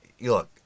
Look